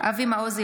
אבי מעוז,